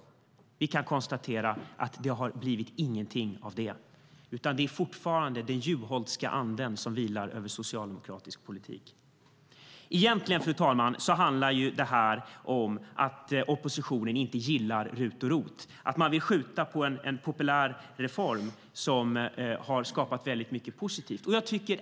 Men vi kan konstatera att det inte blivit någonting av det, utan fortfarande är det den Juholtska anden som vilar över socialdemokratisk politik. Egentligen, fru talman, handlar det om att oppositionen inte gillar RUT och ROT-avdragen, om att man vill skjuta mot en populär reform som skapat väldigt mycket som är positivt.